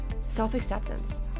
self-acceptance